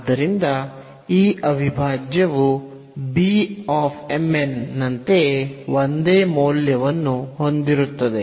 ಆದ್ದರಿಂದ ಈ ಅವಿಭಾಜ್ಯವು B m n ನಂತೆಯೇ ಒಂದೇ ಮೌಲ್ಯವನ್ನು ಹೊಂದಿರುತ್ತದೆ